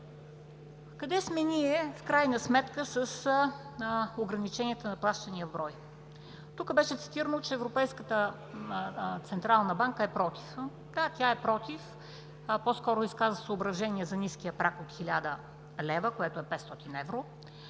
Къде сме ние в крайна сметка с ограниченията на плащания в брой? Тук беше цитирано, че Европейската централна банка е против. Така, тя е против, по-скоро изказва съображения за ниския праг от 1000 лв., което е 500 евро,